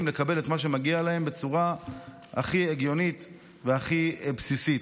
לקבל את מה שמגיע להם בצורה הכי הגיונית והכי בסיסית.